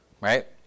Right